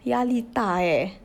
压力大 eh